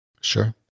sure